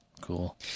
Cool